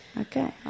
Okay